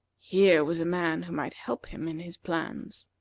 here was a man who might help him in his plans.